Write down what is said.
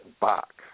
box